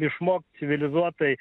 išmokt civilizuotai